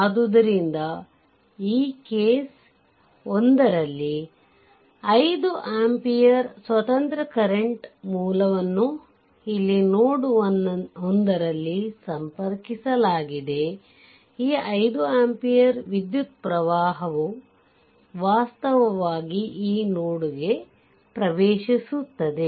ಆದ್ದರಿಂದ ಈ ಕೇಸ್ 1ರಲ್ಲಿ 5 ಆಂಪಿಯರ್ ಸ್ವತಂತ್ರ ಕರೆಂಟ್ ಮೂಲವನ್ನು ಇಲ್ಲಿ ನೋಡ್ 1 ರಲ್ಲಿ ಸಂಪರ್ಕಿಸಲಾಗಿದೆ ಈ 5 ಆಂಪಿಯರ್ ವಿದ್ಯುತ್ ಪವಾಹವು ವಾಸ್ತವವಾಗಿ ಈ ನೋಡ್ಗೆ ಪ್ರವೇಶಿಸುತ್ತಿದೆ